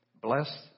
Bless